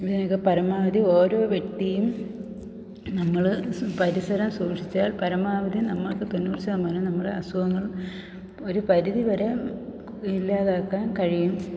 ഇതിനെയൊക്കെ പരമാവധി ഓരോ വ്യക്തിയും നമ്മൾ പരിസരം സൂക്ഷിച്ചാൽ പരമാവധി നമുക്ക് തൊണ്ണൂറ് ശതമാനം നമ്മളുടെ അസുഖങ്ങൾ ഒരു പരിധിവരെ ഇല്ലാതാക്കാൻ കഴിയും